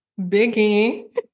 Biggie